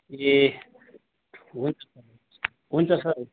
ए हुन्छ हुन्छ सर